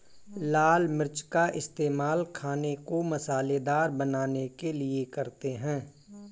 लाल मिर्च का इस्तेमाल खाने को मसालेदार बनाने के लिए करते हैं